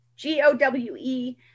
G-O-W-E